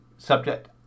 Subject